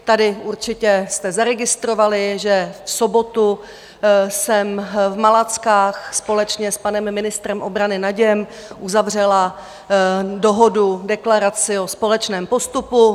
Tady určitě jste zaregistrovali, že v sobotu jsem v Malackách společně s panem ministrem obrany Naděm uzavřela dohodu, deklaraci o společném postupu.